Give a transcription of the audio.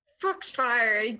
Foxfire